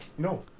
No